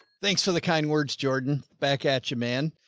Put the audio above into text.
thanks for the kind words, jordan, back at you, man.